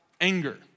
anger